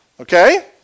okay